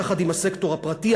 יחד עם הסקטור הפרטי,